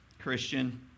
Christian